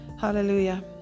Hallelujah